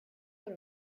dans